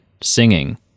singing